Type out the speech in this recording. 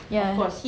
yeah